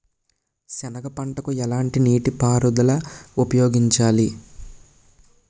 సెనగ పంటకు ఎలాంటి నీటిపారుదల ఉపయోగించాలి?